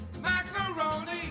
Macaroni